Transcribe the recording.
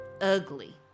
ugly